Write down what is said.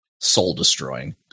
Soul-destroying